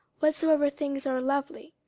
whatsoever things are lovely,